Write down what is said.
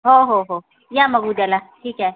हो हो हो या मग उद्याला ठीक आहे